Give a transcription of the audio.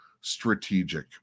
strategic